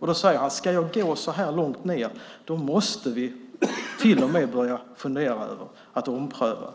Han säger: Ska vi gå så här långt ned, måste vi till och med börja fundera över att ompröva